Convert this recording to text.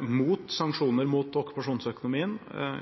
mot sanksjoner mot okkupasjonsøkonomien